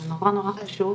זה נורא נורא חשוב.